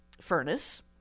furnace